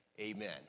amen